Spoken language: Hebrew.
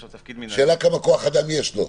יש לו תפקיד מינהלי --- השאלה כמה כוח אדם יש לו.